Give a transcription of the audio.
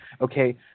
okay